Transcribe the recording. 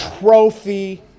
trophy